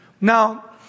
Now